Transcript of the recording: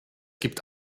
gibt